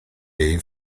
jej